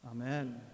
Amen